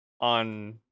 on